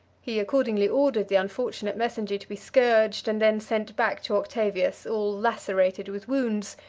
he accordingly ordered the unfortunate messenger to be scourged and then sent back to octavius, all lacerated with wounds,